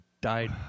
died